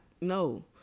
no